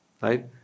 Right